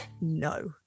no